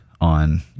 on